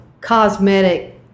cosmetic